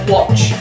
Watch